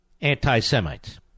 anti-Semites